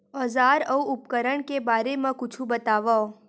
औजार अउ उपकरण के बारे मा कुछु बतावव?